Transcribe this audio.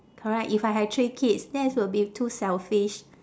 correct if I have three kids that would be too selfish